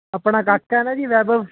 ਆਪਣਾ ਕਾਕਾ ਹੈ ਨਾ ਜੀ ਵੈਭਵ